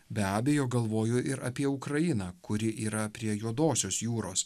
be abejo galvoju ir apie ukrainą kuri yra prie juodosios jūros